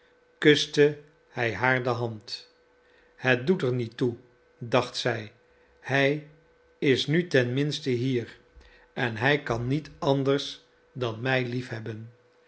kuste hij haar de hand het doet er niet toe dacht zij hij is nu ten minste hier en hij kan niet anders als mij liefhebben